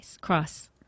cross